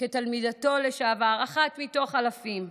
כתלמידתו לשעבר, אחת מתוך אלפים,